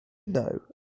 know